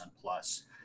plus